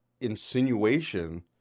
insinuation